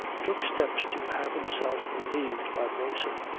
took steps to have himself relieved by the boatswain.